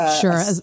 sure